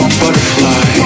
butterfly